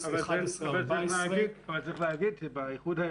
כן צריך לומר שבשנים 11' 14' --- צריך